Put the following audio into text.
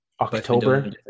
October